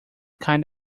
kind